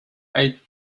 eight